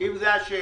אם זו השאלה.